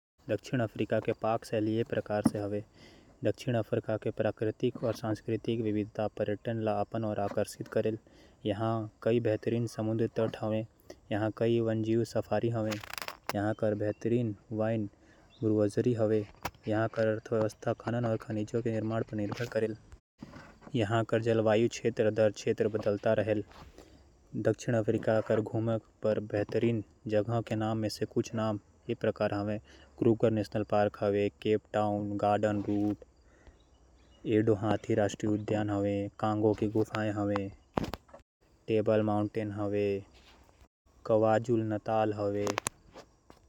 दक्षिण अफ्रीकी व्यंजन म केप डच। केप मलय अउ ब्राई जइसे शैली सामिल हावयं। दक्षिण अफ्रीकी व्यंजन म अब्बड़ मसाला के उपयोग करे जाथे। दक्षिण अफ्रीकी व्यंजन के कुछ मुख्य बात। केप डच व्यंजन म पूर्वी मसाले के उपयोग करे जाथे। केप मलय व्यंजन व्यंजन जइसे मसालेदार करी संबल अचार वाला मछली अउ मछली के स्टू बनाये जाथे। बोबोटी केप मलय के व्यंजन हावय। एमा अंडा टॉपिंग के संग पकाये गे मैरीनेटेड कीमा वाले मांस सामिल हे। ब्राई दक्षिण अफ्रीका के पहिचान के एक महत्वपूर्ण हिस्सा हावय। ये एक सामाजिक आयोजन हावय। जेन आमतौर म परिवार अउ दोस्त के बीच होवत हावय।